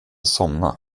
somna